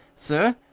sir.